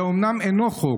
זה אומנם אינו חוק,